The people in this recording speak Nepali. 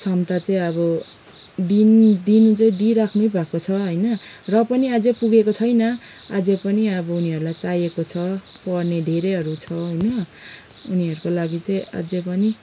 क्षमता चाहिँ अब दिन दिनु चाहिँ दिइ नै राख्नुभएकै छ होइन र पनि अझै पुगेको छैन अझै पनि अब उनीहरूलाई चाहिएको छ पढ्ने धेरैहरू छ होइन उनीहरूको लागि चाहिँ अझै पनि